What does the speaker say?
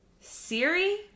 Siri